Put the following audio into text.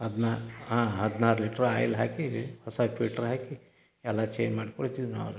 ಅದನ್ನ ಹದಿನಾರು litre oil ಹಾಕಿ ಹೊಸ ಫಿಲ್ಟ್ರು ಹಾಕಿ ಎಲ್ಲ ಚೇನ್ ಮಾಡಿ ಕೊಡ್ತಿದ್ವಿ ನಾವು ಅವರಿಗೆ